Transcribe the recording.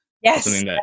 yes